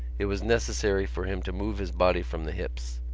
it was necessary for him to move his body from the hips.